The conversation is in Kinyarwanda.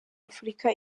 afurika